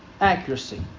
accuracy